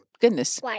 goodness